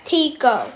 Tico